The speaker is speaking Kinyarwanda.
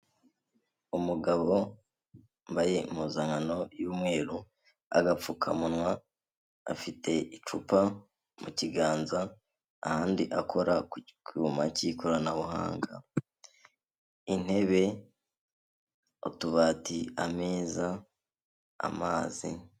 Umugabo wambaye impuzankano y'umweru, agapfukamunwa, afite icupa mu kiganza, ahandi akora ku cyuma cy'ikoranabuhanga, intebe, utubati ,ameza, amazi.